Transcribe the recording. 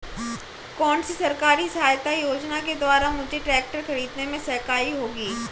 कौनसी सरकारी सहायता योजना के द्वारा मुझे ट्रैक्टर खरीदने में सहायक होगी?